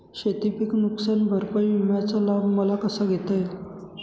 शेतीपीक नुकसान भरपाई विम्याचा लाभ मला कसा घेता येईल?